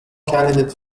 candidate